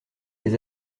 les